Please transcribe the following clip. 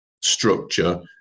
structure